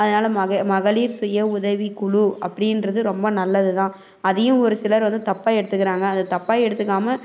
அதனால் மக மகளிர் சுய உதவி குழு அப்படின்றது ரொம்ப நல்லதுதான் அதையும் ஒரு சிலர் வந்து தப்பாக எடுத்துக்கிறாங்க அதை தப்பாக எடுத்துக்காமல்